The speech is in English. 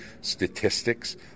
statistics